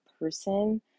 person